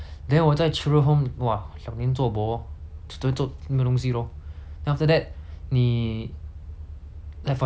做没有东西 lor then after that 你 like for example 你十十四岁对不对